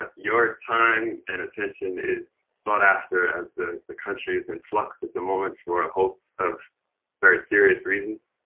ah your time and attention is sought after as the the country is in flux at the moment for a host of very serious reasons.